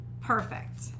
perfect